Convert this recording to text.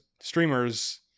streamers